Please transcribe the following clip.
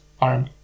arm